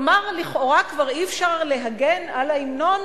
כלומר, לכאורה כבר אי-אפשר להגן על ההמנון